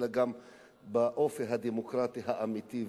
אלא גם באופי הדמוקרטי האמיתי,